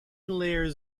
layers